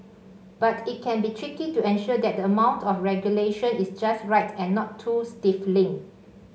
but it can be tricky to ensure that the amount of regulation is just right and not too stifling